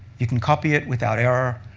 you can copy it without error.